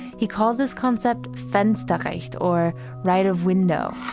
he called this concept fensterrecht or right of window